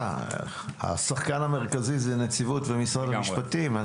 השחקנים המרכזיים זה הנציבות ומשרד המשפטים.